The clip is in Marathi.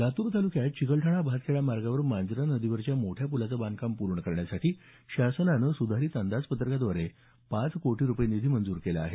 लातूर तालुक्यात चिकलठाणा भातखेडा मार्गावर मांजरा नदीवरच्या मोठ्या प्लाचं बांधकाम पूर्ण करण्यासाठी शासनानं सुधारीत अंदाजपत्रकाव्दारे पाच कोटी रुपये निधी मंजूर केला आहे